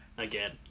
again